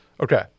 Okay